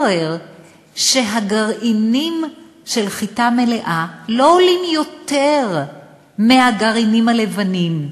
התברר שגרעינים של חיטה מלאה לא עולים יותר מהגרעינים הלבנים,